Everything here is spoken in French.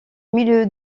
milieu